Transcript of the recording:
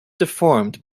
deformed